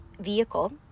vehicle